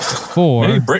four